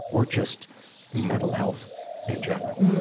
or just mental health in general? hmm.